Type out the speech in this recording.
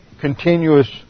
continuous